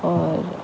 और